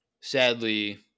sadly